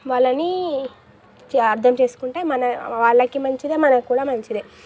వాళ్ళని అర్థం చేసుకుంటే మన వాళ్ళకీ మంచిదే మనకు కూడా మంచిదే